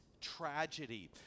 tragedy